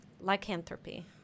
lycanthropy